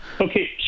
Okay